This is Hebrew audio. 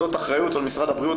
זאת האחריות של משרד הבריאות,